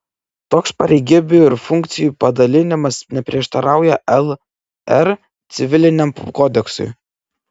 toks pareigybių ir funkcijų padalinimas neprieštarauja lr civiliniam kodeksui